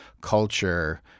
culture